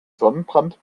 sonnenbrand